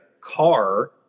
car